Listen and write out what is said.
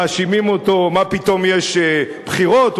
מאשימים אותו: מה פתאום יש בחירות?